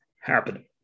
happening